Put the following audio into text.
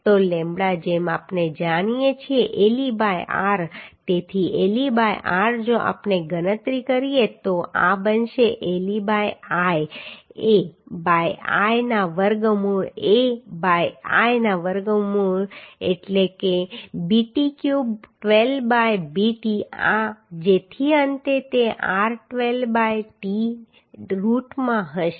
તો લેમ્બડા જેમ આપણે જાણીએ છીએ le બાય r જમણે તેથી le બાય r જો આપણે ગણતરી કરીએ તો આ બનશે le by I A by I ના વર્ગમૂળ A બાય I ના વર્ગમૂળ બાય A એટલે bt ક્યુબ 12 બાય bt આ જેથી અંતે તે r 12 બાય t રુટમાં હશે